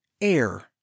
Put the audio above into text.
Air